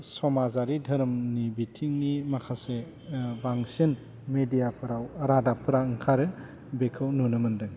समाजारि दोहोरोमनि बिथिंनि माखासे बांसिन मेदियाफ्राव रादाबफ्रा ओंखारो बेखौ नुनो मोन्दों